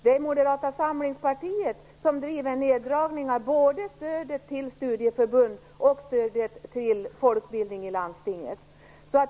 Det är Moderata samlingspartiet som driver neddragningen av både stödet till studieförbund och stödet till folkbildning i landstinget.